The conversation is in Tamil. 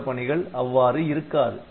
சில பணிகள் அவ்வாறு இருக்காது